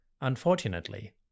Unfortunately